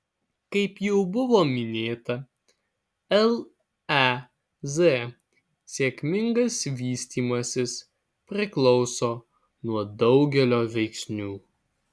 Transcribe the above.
kaip jau buvo minėta lez sėkmingas vystymasis priklauso nuo daugelio veiksnių